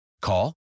Call